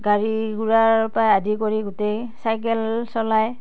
গাড়ী ঘূৰাৰ পৰা আদি কৰি গোটেই চাইকেল চলাই